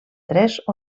tres